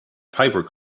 fibre